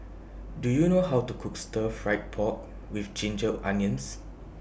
Do YOU know How to Cook Stir Fried Pork with Ginger Onions